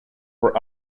were